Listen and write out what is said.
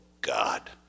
God